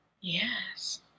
Yes